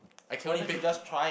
I can only bake